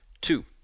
Two